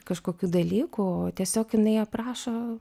kažkokių dalykų tiesiog jinai aprašo